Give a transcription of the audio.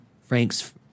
Frank's